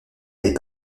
des